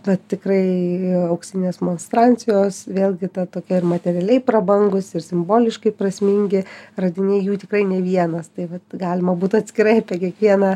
tad tikrai auksinės monstrancijos vėlgi ta tokia ir materialiai prabangūs ir simboliškai prasmingi radiniai jų tikrai ne vienas tai va galima būtų atskirai apie kiekvieną